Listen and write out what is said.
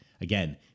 again